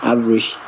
Average